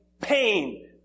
pain